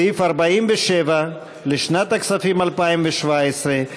סעיף 47 לשנת הכספים 2017,